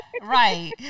Right